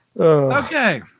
Okay